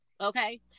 okay